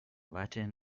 latin